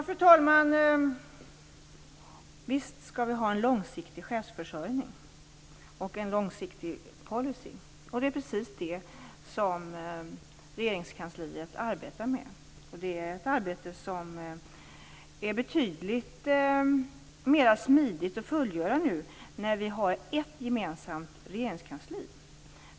Fru talman! Visst skall vi ha en långsiktig chefsförsörjning och en långsiktig policy. Det är precis det som Regeringskansliet arbetar med. Det är ett arbete som går betydligt smidigare att fullgöra nu när vi har ett gemensamt regeringskansli.